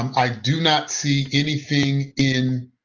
um i do not see anything in